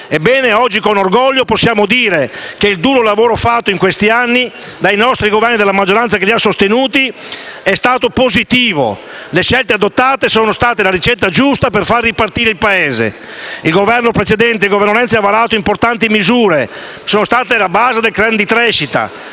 oggi con orgoglio possiamo dire che il duro lavoro fatto in questi anni dai nostri Governi e dalla maggioranza che li ha sostenuti è stato positivo. Le scelte adottate sono state la giusta ricetta per far ripartire il Paese. Il Governo Renzi ha varato importanti misure che sono state alla base del *trend* di crescita